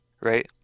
right